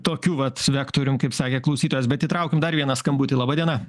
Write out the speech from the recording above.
tokiu vat vektorium kaip sakė klausytojas bet įtraukim dar vieną skambutį laba diena